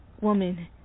Woman